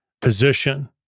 position